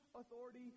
authority